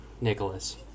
Nicholas